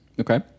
Okay